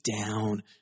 down